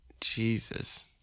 Jesus